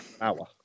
hour